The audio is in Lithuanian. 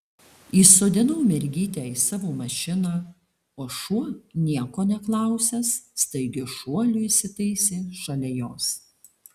įsodinau mergytę į savo mašiną o šuo nieko neklausęs staigiu šuoliu įsitaisė šalia jos